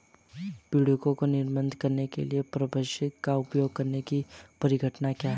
पीड़कों को नियंत्रित करने के लिए परभक्षी का उपयोग करने की परिघटना क्या है?